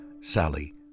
Sally